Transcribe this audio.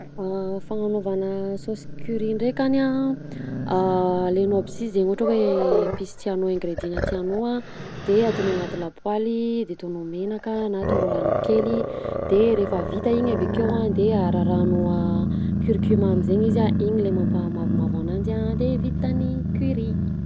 Fananaovana saosy curry ndrekany alainao aby si zay ohatra hoe epice tianao de ataonao anaty lapoaly de ataonao menaka na ataonao rano kely de rehefa vita iny avekeo a de rarahanao a curcuma amizegny izy a iny mampamavomavo ananjy a de vita ny curry.